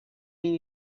mean